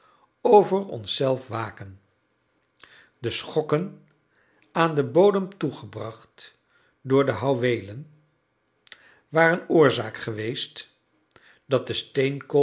over ons zelf waken de schokken aan den bodem toegebracht door de houweelen waren oorzaak geweest dat de